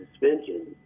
suspension